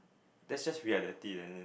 that's just reality leh